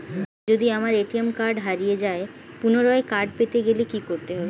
যদি আমার ATM card হারিয়ে যায় পুনরায় কার্ড পেতে গেলে কি করতে হবে?